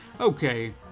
Okay